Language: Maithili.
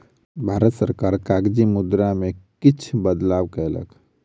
भारत सरकार कागजी मुद्रा में किछ बदलाव कयलक